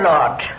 Lord